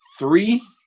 Three